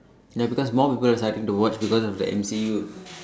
now because more people are starting to watch because of the M_C_U